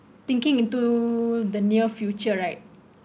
thinking into the near future right